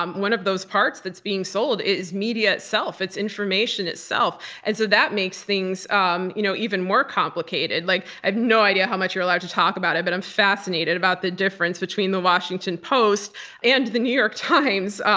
one of those parts that's being sold is media itself it's information itself, and so that makes things um you know even more complicated. like i've no idea how much you're allowed to talk about it, but i'm fascinated about the difference between the washington post and the new york times.